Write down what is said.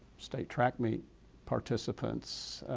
state track meet participants,